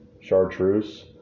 chartreuse